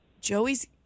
Joey's